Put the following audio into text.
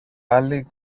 άλλοι